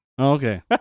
Okay